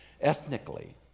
ethnically